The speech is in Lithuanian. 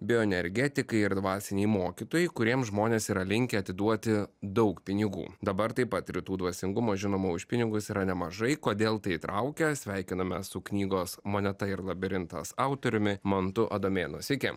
bioenergetikai ir dvasiniai mokytojai kuriems žmonės yra linkę atiduoti daug pinigų dabar taip pat rytų dvasingumo žinoma už pinigus yra nemažai kodėl tai įtraukia sveikiname su knygos moneta ir labirintas autoriumi mantu adomėnu sveiki